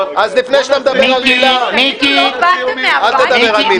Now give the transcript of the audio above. אז לפני שאתה מדבר על מילה, אל תדבר על מילה.